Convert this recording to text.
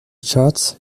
charts